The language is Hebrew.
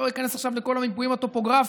אני לא איכנס עכשיו לכל המיפויים הטופוגרפיים,